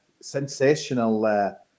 sensational